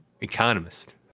economist